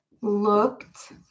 looked